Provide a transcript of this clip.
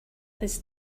his